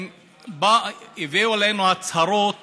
הביאו עלינו הצהרות